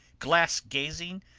glass-gazing,